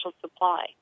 supply